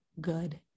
good